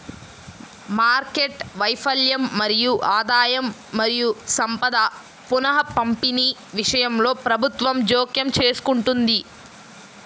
market వైఫల్యం మరియు ఆదాయం మరియు సంపద పునఃపంపిణీ విషయంలో ప్రభుత్వం జోక్యం చేసుకుంటుంది